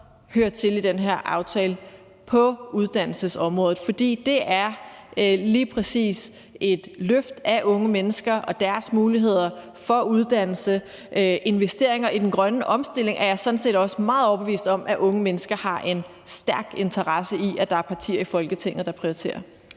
hører til i den her aftale, på uddannelsesområdet, for det er lige præcis et løft af unge mennesker og deres muligheder for uddannelse. Investeringer i den grønne omstilling er jeg sådan set også meget overbevist om unge mennesker har en stærk interesse i at der er partier i Folketinget der prioriterer.